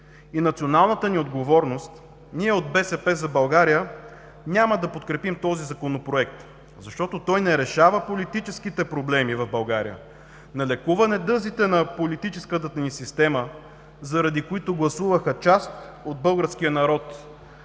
и националната ни отговорност ние от „БСП за България“ няма да подкрепим този Законопроект, защото той не решава политическите проблеми в България, не лекува недъзите на политическата ни система, заради които гласува част от българския народ